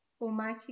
Almighty